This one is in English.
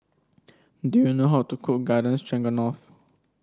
do you know how to cook Garden Stroganoff